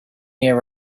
year